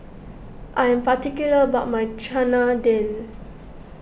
I am particular about my Chana Dal